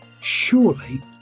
Surely